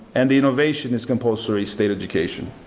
and the innovation is compulsory state education.